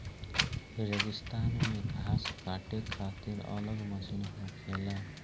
रेगिस्तान मे घास काटे खातिर अलग मशीन होखेला